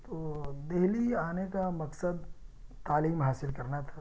تو دہلی آنے کا مقصد تعلیم حاصل کرنا تھا